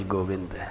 Govind